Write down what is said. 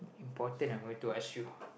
important I am going to ask you